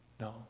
No